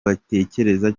batekereza